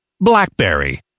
BlackBerry